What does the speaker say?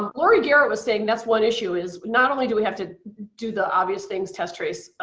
um laurie gero was saying that's one issue is not only do we have to do the obvious things, test, trace,